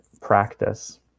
practice